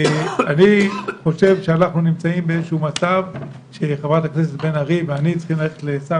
אני חושב שאנחנו נמצאים במצב שחברת הכנסת בן ארי ואני צריכים ללכת לשר